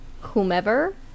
whomever